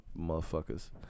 motherfuckers